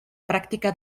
práctica